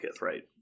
right